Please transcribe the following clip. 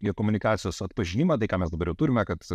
ir komunikacijos atpažinimą tai ką mes dabar jau turime kad